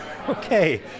okay